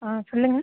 ஆ சொல்லுங்க